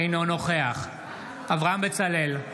אינו נוכח אברהם בצלאל,